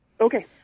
Okay